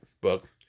book